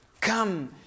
Come